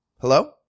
Hello